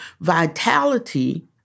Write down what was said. vitality